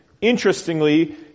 interestingly